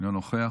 אינו נוכח.